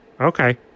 Okay